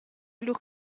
lur